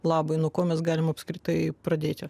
labui nuo ko mes galim apskritai pradėti